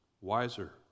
wiser